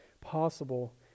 possible